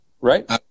right